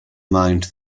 mind